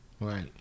Right